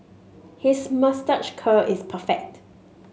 his moustache curl is perfect